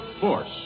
force